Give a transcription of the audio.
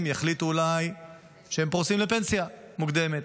יחליטו אולי שהם פורשים לפנסיה מוקדמת,